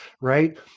right